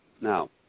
Now